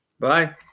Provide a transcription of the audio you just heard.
Bye